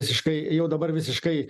visiškai jau dabar visiškai